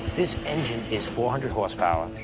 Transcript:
this engine is four hundred horsepower.